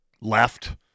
left